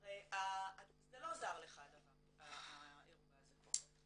הרי זה לא עזר לך האירוע הזה פה.